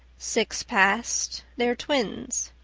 six past. they're twins.